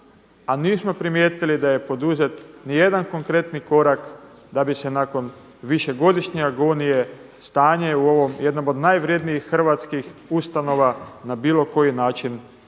a nismo primijetili da je poduzet ni jedan konkretni korak da bi se nakon višegodišnje agonije stanje u ovom jednom od najvrjednijih hrvatskih ustanova na bilo koji način